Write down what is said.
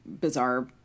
bizarre